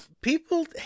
people